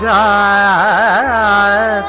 aa